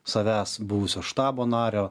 savęs buvusio štabo nario